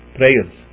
prayers